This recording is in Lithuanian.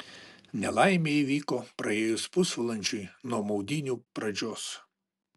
nelaimė įvyko praėjus pusvalandžiui nuo maudynių pradžios